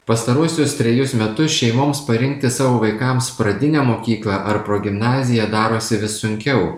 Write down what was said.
pastaruosius trejus metus šeimoms parinkti savo vaikams pradinę mokyklą ar progimnaziją darosi vis sunkiau